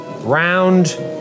Round